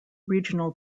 regional